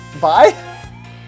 Bye